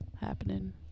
happening